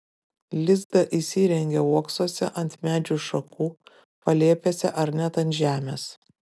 lizdą įsirengia uoksuose ant medžių šakų palėpėse ar net ant žemės